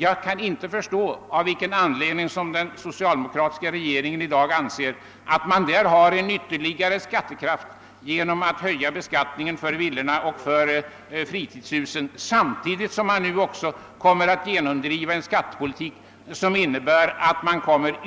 Jag kan inte förstå av vilken anledning den socialdemokratiska regeringen i dag anser att dessa människor har en ytterligare skattekraft och därför höjer skatterna för villorna och fritidshusen samtidigt som man också kommer att genomdriva en skattepolitik som innebär att skattetrycket kommer att